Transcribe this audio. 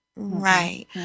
Right